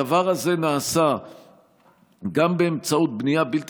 הדבר הזה נעשה גם באמצעות בנייה בלתי